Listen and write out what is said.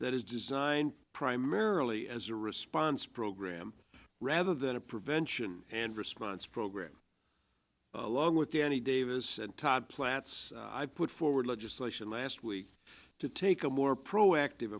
that is designed primarily as a response program rather than a prevention and response program along with danny davis and todd platts i put forward legislation last week to take a more proactive